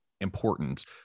important